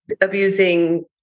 abusing